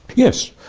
yes.